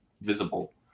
visible